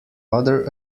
other